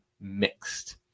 mixed